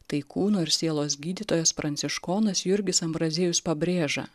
tai kūno ir sielos gydytojas pranciškonas jurgis ambraziejus pabrėža